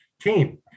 team